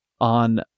on